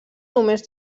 només